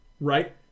right